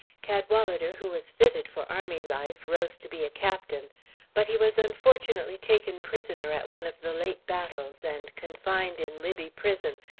cadwalader, who was fitted for army life, rose to be a captain but he was unfortunately taken prisoner at one of the late battles and confined in libby prison,